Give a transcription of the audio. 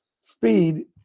speed